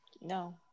no